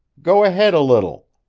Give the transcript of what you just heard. go ahead a little.